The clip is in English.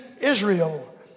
Israel